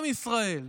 עם ישראל,